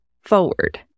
forward